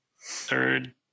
third